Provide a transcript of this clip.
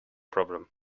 problem